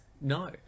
No